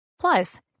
Plus